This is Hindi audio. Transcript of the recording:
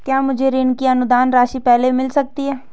क्या मुझे ऋण की अनुदान राशि पहले मिल सकती है?